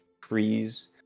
trees